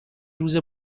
روز